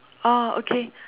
oh okay